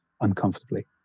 uncomfortably